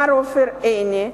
מר עופר עיני,